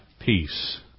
peace